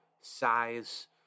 size